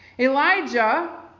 Elijah